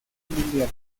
mundial